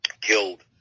killed